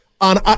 on –